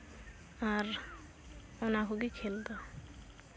ᱟᱨ ᱚᱱᱟ ᱠᱚᱜᱮ ᱠᱷᱮᱞ ᱫᱚ